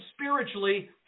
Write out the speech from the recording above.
spiritually